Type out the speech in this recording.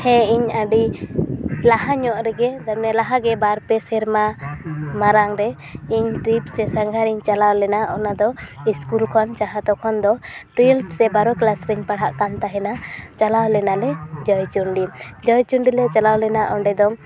ᱦᱮᱸ ᱤᱧ ᱟᱹᱰᱤ ᱞᱟᱦᱟ ᱧᱚᱜ ᱨᱮᱜᱮ ᱞᱟᱦᱟ ᱜᱮ ᱵᱟᱨ ᱯᱮ ᱥᱮᱨᱢᱟ ᱢᱟᱨᱟᱝ ᱨᱮ ᱤᱧ ᱴᱨᱤᱯ ᱥᱮ ᱥᱟᱸᱜᱷᱟᱨ ᱤᱧ ᱪᱟᱞᱟᱣ ᱞᱮᱱᱟ ᱚᱱᱟ ᱫᱚ ᱤᱥᱠᱩᱞ ᱠᱷᱚᱱ ᱡᱟᱦᱟᱸ ᱛᱚᱠᱷᱚᱱ ᱫᱚ ᱴᱩᱭᱮᱞᱵᱷ ᱥᱮ ᱵᱟᱨᱚ ᱠᱮᱞᱟᱥ ᱨᱮᱧ ᱯᱟᱲᱦᱟᱜ ᱠᱟᱱ ᱛᱟᱦᱮᱸᱱᱟ ᱪᱟᱞᱟᱣ ᱞᱮᱱᱟ ᱞᱮ ᱡᱚᱭᱪᱚᱱᱰᱤ ᱡᱚᱭᱪᱚᱱᱰᱤ ᱞᱮ ᱪᱟᱞᱟᱣ ᱞᱮᱱᱟ ᱚᱸᱰᱮ ᱫᱚ